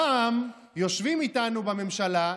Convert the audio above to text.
רע"מ יושבים איתנו בממשלה,